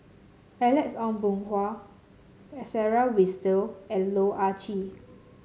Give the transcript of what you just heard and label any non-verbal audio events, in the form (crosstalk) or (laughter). Alex Ong Boon Hau (noise) Sarah Winstedt and Loh Ah Chee